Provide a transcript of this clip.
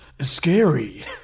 Scary